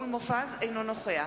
אינו נוכח